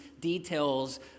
details